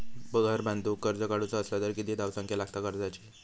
घर बांधूक कर्ज काढूचा असला तर किती धावसंख्या लागता कर्जाची?